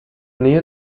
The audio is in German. nähe